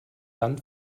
dann